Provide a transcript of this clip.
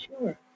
Sure